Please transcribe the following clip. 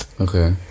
okay